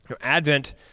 Advent